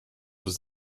was